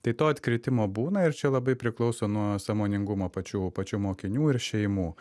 tai to atkritimo būna ir čia labai priklauso nuo sąmoningumo pačių pačių mokinių ir šeimų